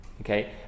okay